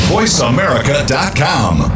VoiceAmerica.com